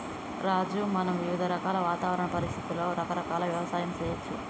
రాజు మనం వివిధ రకాల వాతావరణ పరిస్థితులలో రకరకాల యవసాయం సేయచ్చు